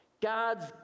God's